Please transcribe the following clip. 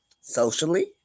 socially